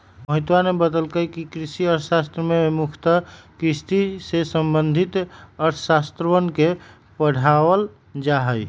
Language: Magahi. मोहितवा ने बतल कई कि कृषि अर्थशास्त्र में मुख्यतः कृषि से संबंधित अर्थशास्त्रवन के पढ़ावल जाहई